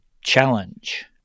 challenge